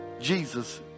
Jesus